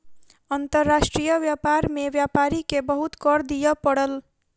अंतर्राष्ट्रीय व्यापार में व्यापारी के बहुत कर दिअ पड़ल